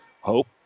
Hope